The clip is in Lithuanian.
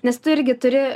nes tu irgi turi